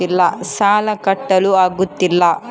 ಸಾಲ ಕಟ್ಟಲು ಆಗುತ್ತಿಲ್ಲ